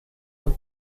und